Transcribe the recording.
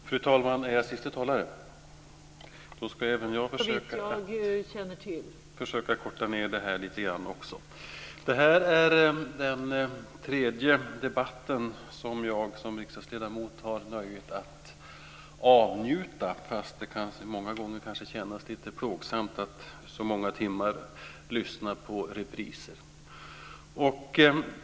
Fru talman! Även jag ska försöka att korta ned anförandet lite grann. Detta är den tredje debatt som jag som riksdagsledamot har nöjet att avnjuta, fast det många gånger kan kännas lite plågsamt att så många timmar lyssna på repriser.